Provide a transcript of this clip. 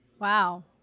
Wow